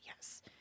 yes